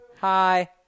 hi